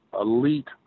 elite